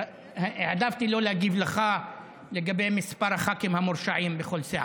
העדפתי לא להגיב לך לגבי מספר הח"כים המורשעים בכל סיעה.